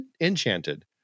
enchanted